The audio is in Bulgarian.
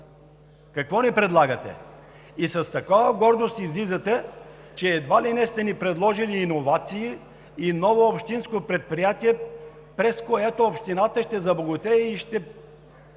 Какво ни предлагате?! С такава гордост излизате, че едва ли не сте ни предложили иновации и ново общинско предприятие, през което общината ще забогатее и ще